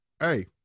hey